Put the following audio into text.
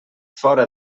fora